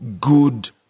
good